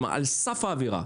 על סף העבירה.